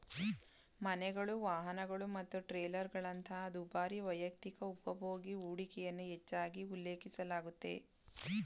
ಮನೆಗಳು, ವಾಹನಗಳು ಮತ್ತು ಟ್ರೇಲರ್ಗಳಂತಹ ದುಬಾರಿ ವೈಯಕ್ತಿಕ ಉಪಭೋಗ್ಯ ಹೂಡಿಕೆಯನ್ನ ಹೆಚ್ಚಾಗಿ ಉಲ್ಲೇಖಿಸಲಾಗುತ್ತೆ